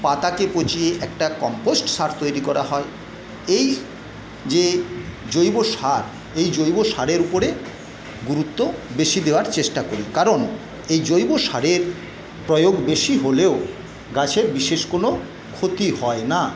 পাতাকে পচিয়ে একটা কম্পোস্ট সার তৈরি করা হয় এই যে জৈব সার এই জৈব সারের উপরে গুরুত্ব বেশী দেওয়ার চেষ্টা করি কারণ এই জৈব সারের প্রয়োগ বেশী হলেও গাছের বিশেষ কোনো ক্ষতি হয় না